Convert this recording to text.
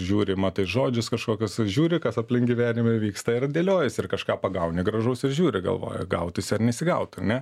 žiūri matai žodžius kažkokias žiūri kas aplink gyvenime vyksta ir dėliojasi ir kažką pagauni gražaus ir žiūri galvoji gautųsi ar nesigautų ane